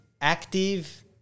active